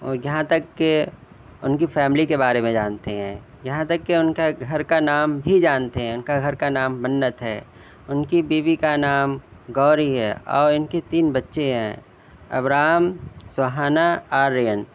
یہاں تک کہ ان کی فیملی کے بارے میں جانتے ہیں یہاں تک کہ ان کے گھر کا نام بھی جانتے ہیں ان کے گھر کا نام منت ہے ان کی بیوی کا نام گوری ہے اور ان کے تین بچے ہیں ابرام سہانا آرین